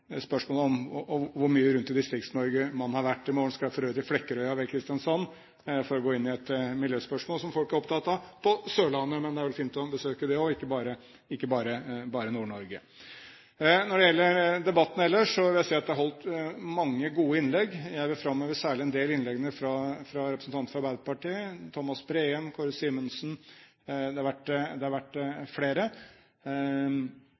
hvor mye rundt i Distrikts-Norge man har vært. I morgen skal jeg for øvrig til Flekkerøya ved Kristiansand for å gå inn i et miljøspørsmål som folk er opptatt av på Sørlandet. Det er fint å besøke det også, ikke bare Nord-Norge. Når det gjelder debatten ellers, vil jeg si at det er holdt mange gode innlegg. Jeg vil særlig framheve en del av innleggene fra representanter for Arbeiderpartiet – Thomas Breen, Kåre Simensen, og det har vært flere – som alle har vært